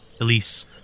Elise